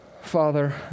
Father